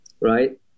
right